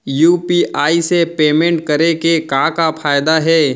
UPI से payment करे के का का फायदा हे?